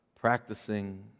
practicing